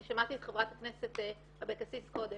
אני שמעתי את חברת הכנסת אבקסיס קודם